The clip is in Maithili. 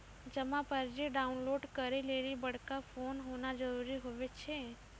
जमा पर्ची डाउनलोड करे लेली बड़का फोन होना जरूरी हुवै छै